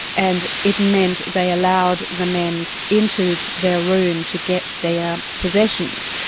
and it meant they allowed the men into their room to get their possessions,